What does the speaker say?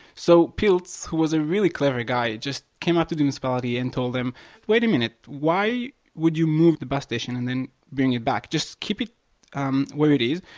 so pilz, who was a really clever guy, just came up to the municipality and told them wait a minute, why would you move the bus station and then bring it back? just keep it um where it is,